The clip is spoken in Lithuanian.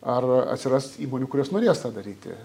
ar atsiras įmonių kurios norės tą daryti